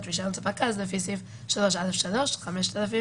רישיון ספק גז לפי סעיף 3(א)(3); 5,000